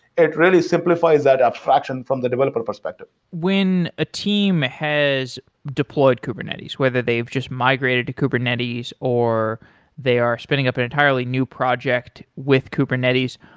it really simplifies that abstraction from the developer perspective when a team has deployed kubernetes, whether they've just migrated to kubernetes or they are spinning up an entirely new project with kubernetes,